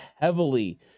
heavily